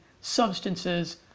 substances